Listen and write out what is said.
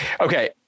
Okay